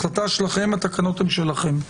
החלטה שלכם, התקנות הן שלכם.